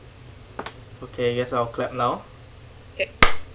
okay I guess I'll clap now